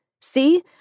See